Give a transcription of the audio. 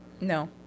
no